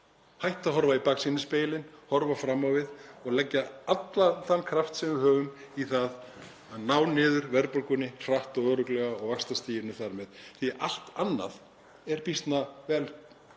hætta að horfa í baksýnisspegilinn, horfa fram á við og leggja allan þann kraft sem við höfum í það að ná niður verðbólgunni hratt og örugglega og vaxtastiginu þar með. Allt annað er býsna vel